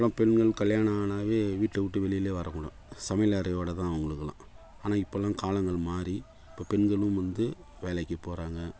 அப்பறம் பெண்கள் கல்யாணம் ஆனாலே வீட்டை விட்டு வெளிலேயே வரக்கூடாது சமயலறையோடு தான் அவுங்களுக்கெல்லாம் ஆனால் இப்போலாம் காலங்கள் மாறி இப்போது பெண்களும் வந்து வேலைக்கு போகிறாங்க